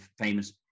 famous